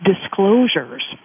disclosures